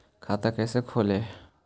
खाता कैसे खोले?